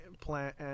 plant